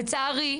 לצערי,